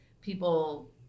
people